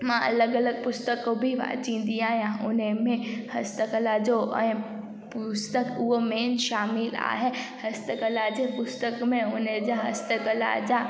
मां अलॻि अलॻि पुस्तकूं बि वाचींदी आहियां हुन में हस्त कला जो ऐं पुस्तक उहो मेन शामिलु आहे हस्तकला जे पुस्तक में हुनजा हस्तकला जा